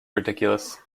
ridiculous